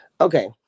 okay